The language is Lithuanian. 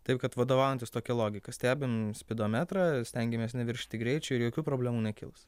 taip kad vadovaujantis tokia logika stebim spidometrą stengiamės neviršyti greičio ir jokių problemų nekils